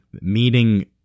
meaning